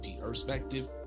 Perspective